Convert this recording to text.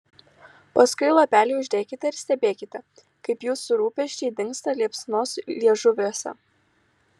paskui lapelį uždekite ir stebėkite kaip jūsų rūpesčiai dingsta liepsnos liežuviuose